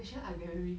actually I very